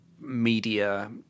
media